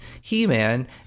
He-Man